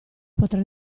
potrà